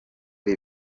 ari